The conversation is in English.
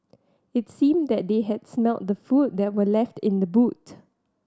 it seemed that they had smelt the food that were left in the boot